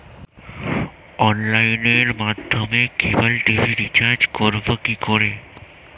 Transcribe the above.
অনলাইনের মাধ্যমে cable TV recharge করব কি করে?